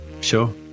Sure